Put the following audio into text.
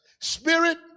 Spirit